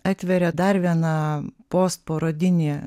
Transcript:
atveria dar vieną postparodinį